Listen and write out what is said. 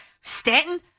Stanton